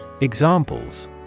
Examples